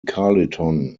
carleton